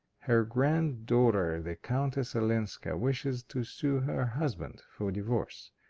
her grand-daughter the countess olenska wishes to sue her husband for divorce.